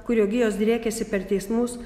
kurio gijos driekiasi per teismus